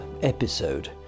episode